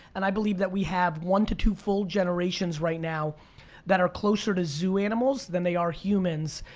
and i believe that we have one to two full generations right now that are closer to zoo animals than they are humans,